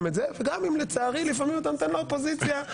אם לצערי לפעמים אתה נותן לאופוזיציה.